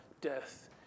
death